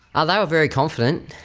ah they were very confident.